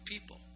people